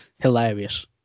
hilarious